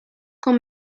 com